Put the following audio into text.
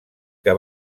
que